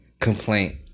complaint